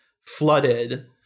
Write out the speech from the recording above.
flooded